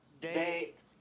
Date